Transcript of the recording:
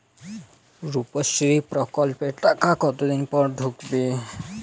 রুপশ্রী প্রকল্পের টাকা কতদিন পর ঢুকবে?